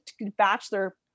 bachelor